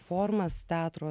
formas teatro